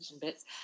bits